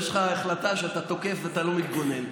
יש לך החלטה שאתה תוקף ואתה לא מתגונן.